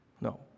No